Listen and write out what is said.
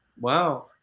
Wow